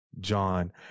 John